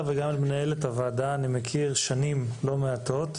וגם את מנהלת הוועדה אני מכיר שנים לא מעטות.